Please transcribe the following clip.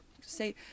say